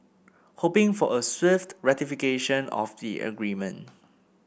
hoping for a swift ratification of the agreement